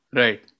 right